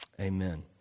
Amen